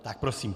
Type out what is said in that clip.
Tak prosím.